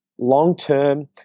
long-term